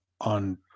on